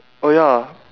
oh ya